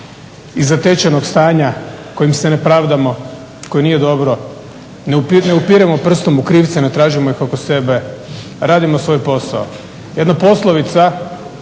iz zatečenog stanja kojim se ne pravdamo, koje nije dobro, ne upiremo prstom u krivce, ne tražimo ih oko sebe. Radimo svoj posao. Jedna poslovica,